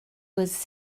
was